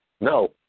No